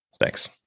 Thanks